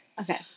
Okay